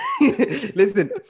Listen